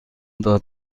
داد